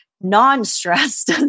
non-stressed